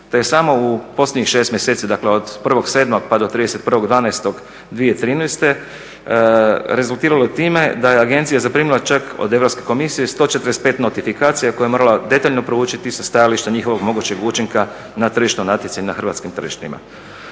te je samo u posljednjih 6 mjeseci, dakle od 1.7. pa do 31.12.2013. rezultiralo time da je agencija zaprimila čak od Europske komisije 145 notifikacija koja je morala detaljno proučiti sa stajališta njihovog mogućeg učinka na tržišno natjecanje na hrvatskim tržištima.